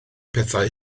pethau